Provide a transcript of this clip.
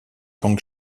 kang